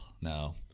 No